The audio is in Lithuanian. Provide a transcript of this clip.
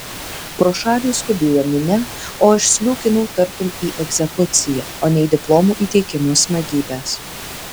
pro šalį skubėjo minia o aš sliūkinau tartum į egzekuciją o ne į diplomų įteikimo smagybes